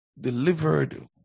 Delivered